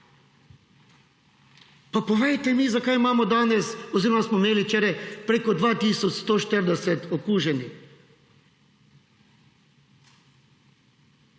Pa povejte mi, zakaj imamo danes oziroma smo imeli včeraj preko 2 tisoč 140 okuženih?